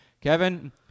Kevin